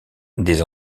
des